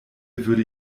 würde